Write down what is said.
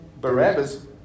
Barabbas